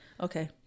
Okay